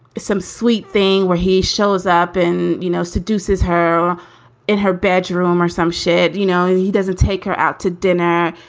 some sweet thing where he shows up in, you know, seduces her in her bedroom or some shit, you know, he doesn't take her out to dinner